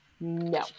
No